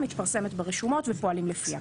מתפרסמת ברשויות ופועלים לפיה.